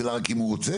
השאלה רק אם הוא רוצה,